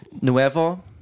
nuevo